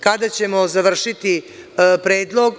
Kada ćemo završiti predlog?